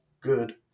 good